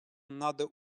надо